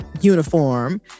uniform